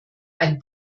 ein